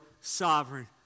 sovereign